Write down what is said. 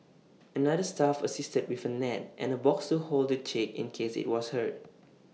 another staff assisted with A net and A box to hold the chick in case IT was hurt